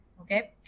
okay